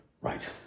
Right